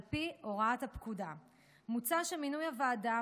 על פי הוראות הפקודה מוצע שמינוי הוועדה,